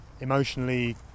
emotionally